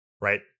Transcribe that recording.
Right